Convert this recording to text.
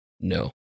no